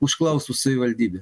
užklausus savivaldybę